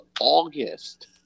August